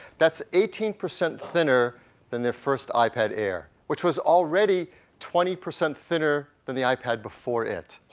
that's eighteen percent thinner than the first ipad air which was already twenty percent thinner than the ipad before it.